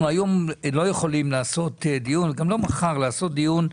אדוני: אנחנו רואים את עצמנו כחברה של כל עם ישראל.